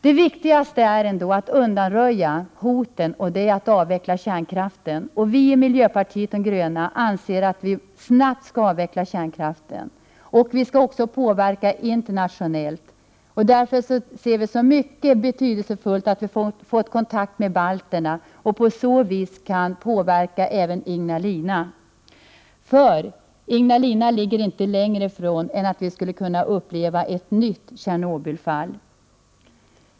Det viktigaste är ändå att undanröja hoten, att avveckla kärnkraften. Vi i miljöpartiet de gröna anser att vi snabbt skall avveckla kärnkraften. Vi skall också påverka internationellt. Därför ser vi det som mycket betydelsefullt att vi får kontakt med balterna och på så vis kan påverka i frågan Ignalina. Ignalina ligger inte längre ifrån än att vi skulle kunna få uppleva ett nytt Tjernobylfall.